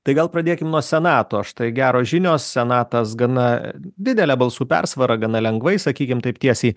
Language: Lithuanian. tai gal pradėkim nuo senato štai geros žinios senatas gana didele balsų persvara gana lengvai sakykim taip tiesiai